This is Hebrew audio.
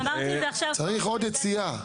צריך עוד יציאה.